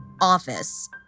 office